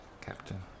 Captain